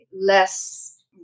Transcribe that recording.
less